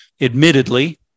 Admittedly